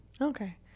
okay